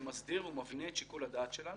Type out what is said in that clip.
שמסדיר ומבנה את שיקול הדעת שלנו.